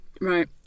Right